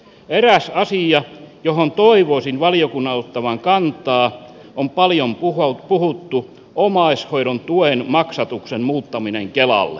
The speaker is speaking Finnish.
eräs asia johon toivoisin valiokunnan ottavan kantaa on paljon puhuttu omaishoidon tuen maksatuksen muuttaminen kelalle